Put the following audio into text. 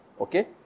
Okay